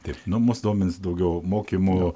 taip nu mus domins daugiau mokymų